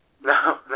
No